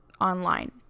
online